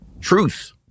truth